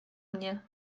mnie